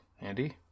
Andy